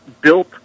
built